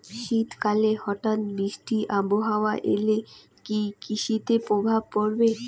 শীত কালে হঠাৎ বৃষ্টি আবহাওয়া এলে কি কৃষি তে প্রভাব পড়বে?